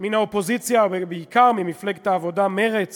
מן האופוזיציה, ובעיקר ממפלגת העבודה, מרצ